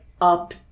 up